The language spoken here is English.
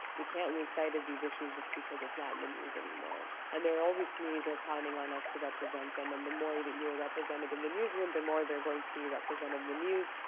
we can't lose sight of these issues just because it's not in the news anymore. and there are all these communities are counting on us to represent them. and the more you that you are represented in the newsroom, the more they're going to be represented in the news.